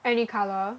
any color